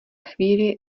chvíli